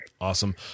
Awesome